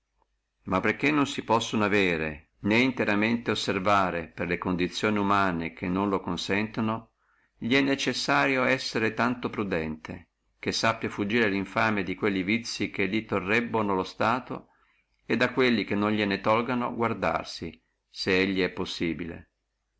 ma perché non si possono avere né interamente osservare per le condizioni umane che non lo consentono li è necessario essere tanto prudente che sappia fuggire linfamia di quelle che li torrebbano lo stato e da quelle che non gnene tolgano guardarsi se elli è possibile